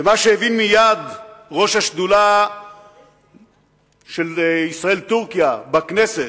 ומה שהבין מייד ראש השדולה ישראל טורקיה בכנסת,